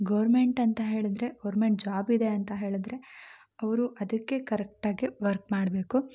government ಅಂತ ಹೇಳಿದ್ರೆ government job ಇದೆ ಅಂತ ಹೇಳಿದ್ರೆ ಅವರು ಅದಕ್ಕೆ ಕರೆಕ್ಟಾಗಿ ವರ್ಕ್ ಮಾಡಬೇಕು